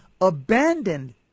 abandoned